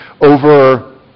over